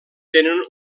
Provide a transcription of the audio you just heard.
tenen